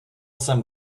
jsem